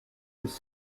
his